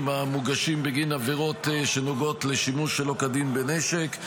המוגשים בגין עבירות שנוגעות לשימוש שלא כדין בנשק,